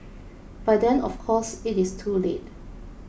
by then of course it is too late